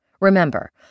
Remember